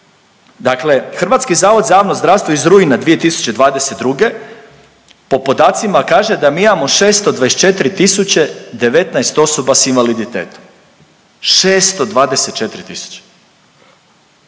Dakle, Hrvatski zavod za javno zdravstvo iz rujna 2022. po podacima kaže da mi imamo 624019 osoba sa invaliditetom, 624000.